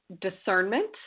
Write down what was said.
discernment